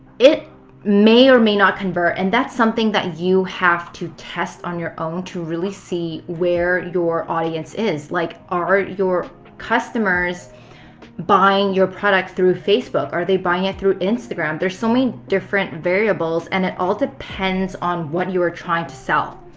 it may or may not convert. and that's something that you have to test on your own to really see where your audience is. like are your customers buying your product through facebook? are they buying it through instagram? there's so many different variables and it all depends on what you are trying to sell.